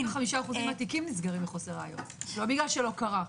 85% מהתיקים נסגרים על חוסר ראיות, לא כי לא קרה.